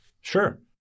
Sure